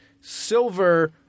silver